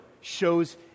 shows